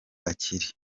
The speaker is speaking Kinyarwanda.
akiri